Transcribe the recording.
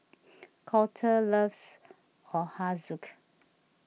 Colter loves Ochazuke